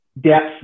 depth